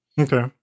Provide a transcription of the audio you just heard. Okay